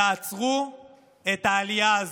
תעצרו את העלייה הזו.